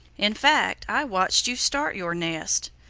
in fact i watched you start your nest.